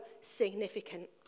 significant